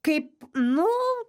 kaip nu